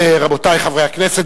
רבותי חברי הכנסת,